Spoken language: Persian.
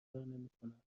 نمیکنم